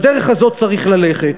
בדרך הזאת צריך ללכת.